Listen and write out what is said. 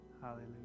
Hallelujah